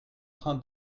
train